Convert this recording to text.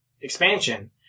expansion